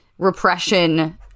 repression